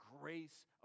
grace